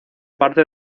parte